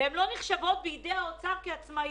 מכיוון שהן לא נחשבות על ידי האוצר כעצמאיות,